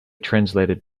translated